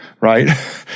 right